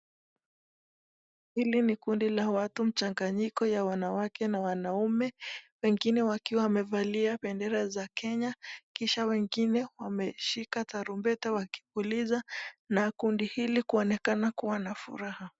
Hili ni kundi la watu mchanganyiko la wanawake na wanaume. Wengine wakiwa wamevalia bendera ya Kenya kisha wengine wameshika tarumbeta wakipuliza na kundi hili kuonekana kua na furaha.